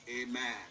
Amen